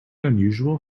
unusual